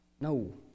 No